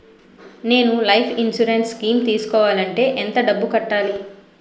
నేను life insurance scheme తీసుకోవాలంటే ఎంత డబ్బు కట్టాలి?